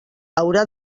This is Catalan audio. haurà